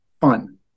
fun